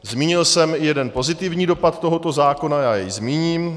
Zmínil jsem jeden pozitivní dopad tohoto zákona, já jej zmíním.